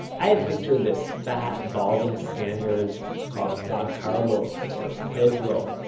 i had pictured this fat, balding spaniard called juan carlo so or pedro.